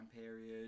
period